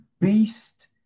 beast